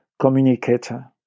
communicator